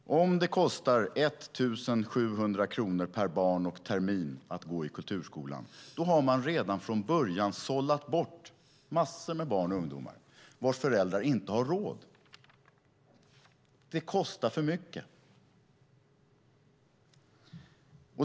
Om det kostar 1 700 kronor per barn och termin att gå i kulturskolan har man redan från början sållat bort massor av barn och ungdomar vars föräldrar inte har råd. Det kostar för mycket.